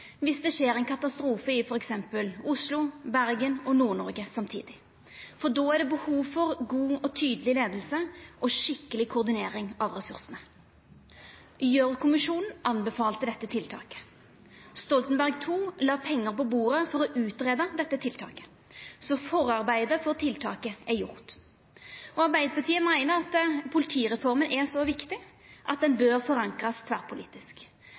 det skjer ein katastrofe i t.d. Oslo, Bergen og Nord-Noreg samtidig, for då er det behov for god og tydeleg leiing og skikkeleg koordinering av ressursane. Gjørv-kommisjonen anbefalte dette tiltaket. Stoltenberg II-regjeringa la pengar på bordet for å utgreia dette tiltaket. Så forarbeidet for tiltaket er gjort. Arbeidarpartiet meiner at politireforma er så viktig at ho bør forankrast